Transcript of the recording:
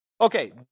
Okay